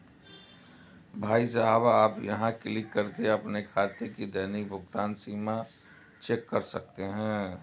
भाई साहब आप यहाँ क्लिक करके अपने खाते की दैनिक भुगतान सीमा चेक कर सकते हैं